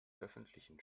öffentlichen